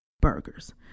Burgers